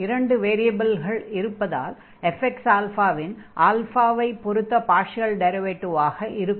இரண்டு வேரியபில்கள் இருப்பதால் fxα இன் ஐ பொருத்த பார்ஷியல் டிரைவேடிவாக இருக்கும்